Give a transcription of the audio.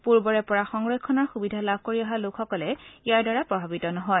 পূৰ্বৰে পৰাই সংৰক্ষণৰ সূবিধা লাভ কৰি অহা লোকসকল ইয়াৰ দ্বাৰা প্ৰভাৱিত নহয়